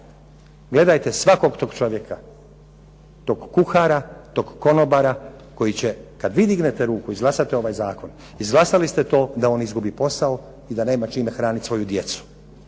gledajte svakog tog čovjeka, tog kuhara, tog konobara, koji će kada vi dignete ruku i izglasate ovaj zakon izglasali ste to da on izgubi posao i da nema čime prehraniti svoju djecu.